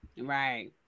Right